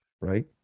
Right